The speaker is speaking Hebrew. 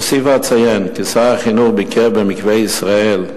אוסיף ואציין כי שר החינוך ביקר ב"מקווה ישראל"